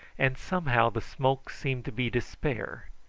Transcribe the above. and somehow the smoke seemed to be despair,